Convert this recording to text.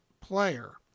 player